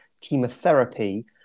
chemotherapy